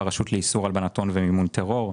הרשות לאיסור הלבנת הון ומימון טרור.